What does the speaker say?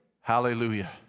Hallelujah